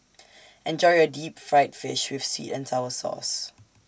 Enjoy your Deep Fried Fish with Seet and Sour Sauce